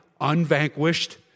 unvanquished